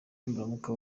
nibaramuka